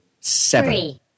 seven